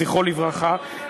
זכרו לברכה,